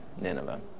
Nineveh